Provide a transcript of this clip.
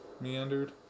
Meandered